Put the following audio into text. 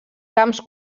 camps